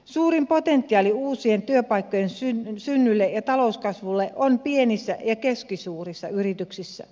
suurin potentiaali uusien työpaikkojen synnylle ja talouskasvulle on pienissä ja keskisuurissa yrityksissä